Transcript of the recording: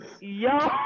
yo